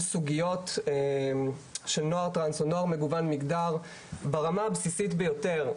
סוגיות של נוער טרנס או מגוון מגדר ברמה הבסיסית ביותר.